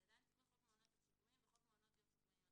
חוק מעונות יום שיקומיים 15. בחוק מעונות יום שיקומיים,